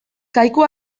kaiku